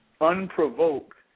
unprovoked